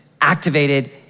activated